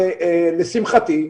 לשמחתי,